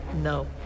no